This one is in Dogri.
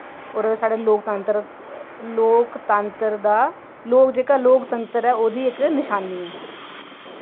और साढ़े लोकतंत्र लोकतंत्र दा लोक जेह्का लोकतंत्र ऐ ओह्दी इक नशानी ऐ